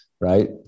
right